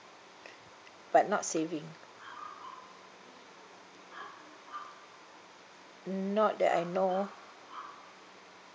but not saving not that I know